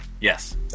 Yes